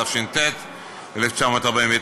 התש"ט 1949,